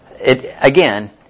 again